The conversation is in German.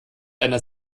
einer